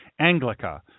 Anglica